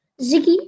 Ziggy